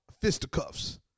fisticuffs